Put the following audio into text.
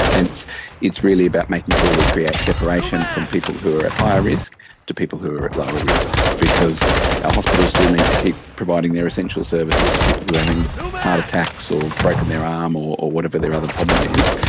and it's it's really about making sure we create separation from people who are at higher risk to people who are at lower risk, because our hospitals still need to keep providing their essential services to people having heart attacks or broken their um arm or whatever their other problem is.